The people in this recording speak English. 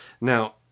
Now